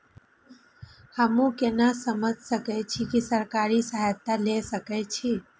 हमू केना समझ सके छी की सरकारी सहायता ले सके छी?